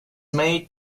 made